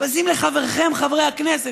בזים לחבריכם חברי הכנסת,